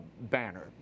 banner